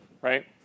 right